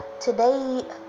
today